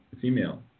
female